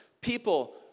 People